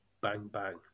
bang-bang